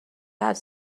هفت